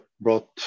brought